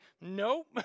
nope